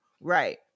right